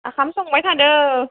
ओंखाम संबाय थादों